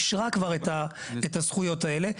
היא אישרה כבר את הזויות האלה,